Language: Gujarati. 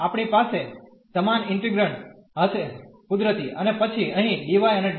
આપણી પાસે સમાન ઇન્ટિગ્રેંડ હશે કુદરતી અને પછી અહીં dy અને dx